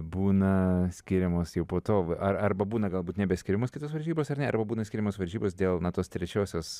būna skiriamos jau po to ar arba būna galbūt nebeskiriamos kitos varžybos arba būna skiriamos varžybas dėl na tos trečiosios